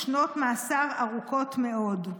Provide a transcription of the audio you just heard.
לשנות מאסר ארוכות מאוד.